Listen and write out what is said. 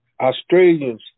Australians